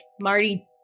Marty